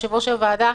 יושב-ראש הוועדה,